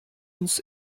uns